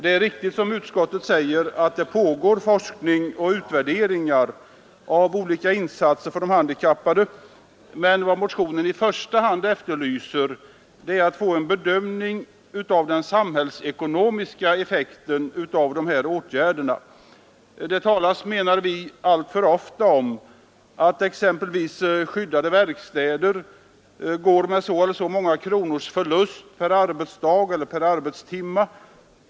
Det är riktigt som utskottet säger att det pågår forskning och utvärderingar av olika insatser för de handikappade, men vad motionen i första hand efterlyser är en bedömning av den samhällsekonomiska effekten av de olika åtgärderna. Man talar, menar vi motionärer, alltför ofta om att exempelvis skyddade verkstäder går med så eller så många kronors förlust per arbetsdag eller arbetstimme.